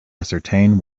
ascertain